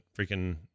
Freaking